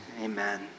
amen